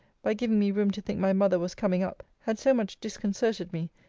by giving me room to think my mother was coming up, had so much disconcerted me,